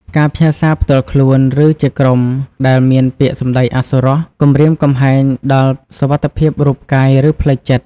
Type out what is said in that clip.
ការផ្ញើសារផ្ទាល់ខ្លួន ឬជាក្រុមដែលមានពាក្យសម្ដីអសុរោះ គំរាមកំហែងដល់សុវត្ថិភាពរូបកាយ ឬផ្លូវចិត្ត។